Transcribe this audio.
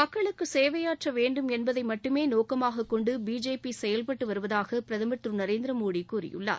மக்களுக்கு சேவையாற்ற வேண்டும் என்பதை மட்டுமே நோக்கமாக கொண்டு பிஜேபி செயல்பட்டு வருவதாக பிரதமர் திரு நரேந்திர மோடி கூறியுள்ளார்